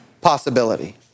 possibility